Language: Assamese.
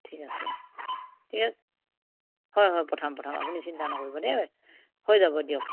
ঠিক আছে ঠিক আছে হয় হয় পঠাম পঠাম আপুনি চিন্তা নকৰিব দেই হৈ যাব দিয়ক